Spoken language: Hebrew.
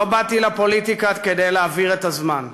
לא באתי לפוליטיקה כדי להעביר את הזמן.